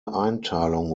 einteilung